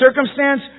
circumstance